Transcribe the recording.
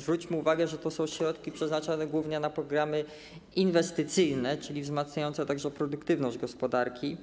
Zwróćmy uwagę, że to są środki przeznaczane głównie na programy inwestycyjne, czyli wzmacniające także produktywność gospodarki,